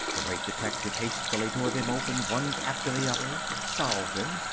the great detective hastily tore them open one after the other, solved them,